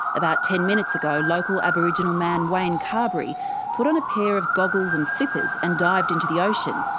about ten minutes ago local aboriginal man wayne carberry put on a pair of goggles and flippers and dived into the ocean.